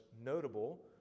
notable